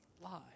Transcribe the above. lie